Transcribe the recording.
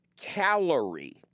calorie